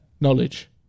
knowledge